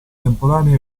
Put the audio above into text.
temporanee